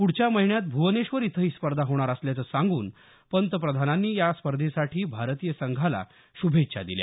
पुढच्या महिन्यात भुवनेश्वर इथं ही स्पर्धा होणार असल्याचं सांगून पंतप्रधानांनी या स्पर्धेसाठी भारतीय संघाला शुभेच्छा दिल्या